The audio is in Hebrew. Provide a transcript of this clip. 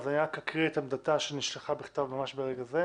אז אני רק אקריא את עמדתה שנשלחה בכתב ממש ברגע זה: